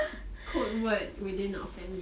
code word within our family